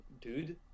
dude